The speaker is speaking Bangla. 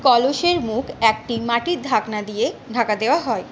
কলসের মুখ একটি মাটির ঢাকনা দিয়ে ঢাকা দেওয়া হয়